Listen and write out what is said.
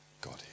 God